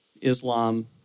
Islam